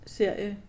serie